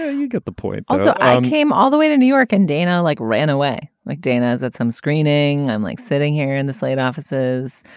yeah you get the point. so i came all the way to new york and dana like ran away like dana's at some screening. i'm like sitting here in the state offices,